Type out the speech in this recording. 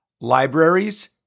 libraries